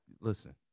Listen